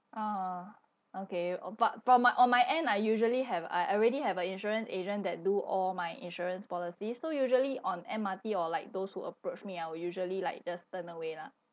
ah okay oh but from my on my end I usually have I I already have a insurance agent that do all my insurance policies so usually on M_R_T or like those who approach me I will usually like just turn away lah